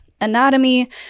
anatomy